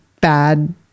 bad